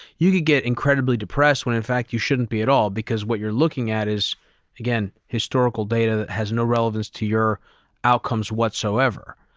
you could get incredibly depressed when in fact you shouldn't be at all. because what you're looking at is again, historical data that has no relevance to your outcomes whatsoever.